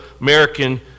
American